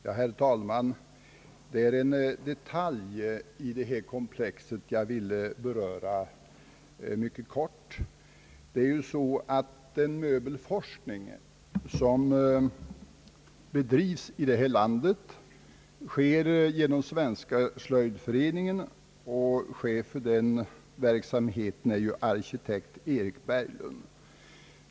Herr talman! Det är en detalj i detta komplex som jag vill beröra mycket kort. Den möbelforskning som bedrivs i detta land sker genom Svenska slöjdföreningen, och chef för den verksamheten är arktitekt Erik Berglund.